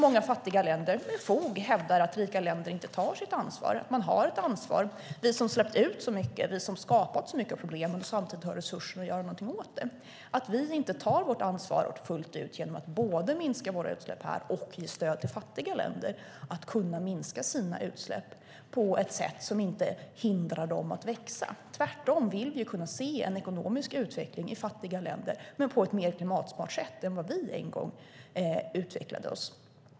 Många fattiga länder hävdar med fog att rika länder inte tar sitt ansvar. Man har ett ansvar. Vi som har släppt ut så mycket och vi som har skapat så mycket av problemen och samtidigt har resurser att göra någonting åt det tar inte tar vårt ansvar fullt ut genom att både minska våra utsläpp här och ge stöd till fattiga länder så att de kan minska sina utsläpp på ett sätt som inte hindrar dem att växa. Vi vill kunna se en ekonomisk utveckling i fattiga länder men på ett mer klimatsmart sätt än när det gäller hur vi en gång utvecklade oss.